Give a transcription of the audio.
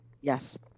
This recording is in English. Yes